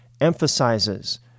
emphasizes